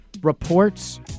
reports